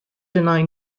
deny